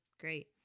Great